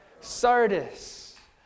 Sardis